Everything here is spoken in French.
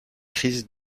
crises